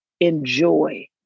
enjoy